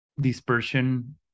dispersion